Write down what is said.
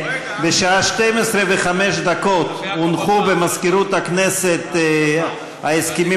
בשעה 12:05 הונחו במזכירות הכנסת ההסכמים